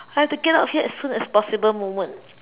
I have to get out here as soon as possible moment